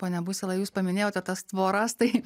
pone busila jūs paminėjote tas tvoras tai